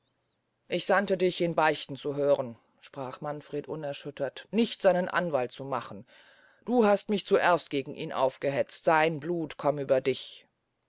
ich sandte dich ihn beichte zu hören sprach manfred unerschüttert nicht seinen anwald zu machen du hast mich zuerst gegen ihn aufgehetzt sein blut komm über dich